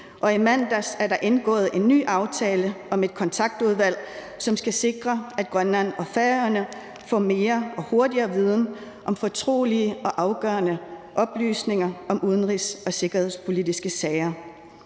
og i mandags blev der indgået en ny aftale om et Kontaktudvalg, som skal sikre, at Grønland og Færøerne får mere og hurtigere viden om fortrolige og afgørende oplysninger om udenrigs- og sikkerhedspolitiske sager.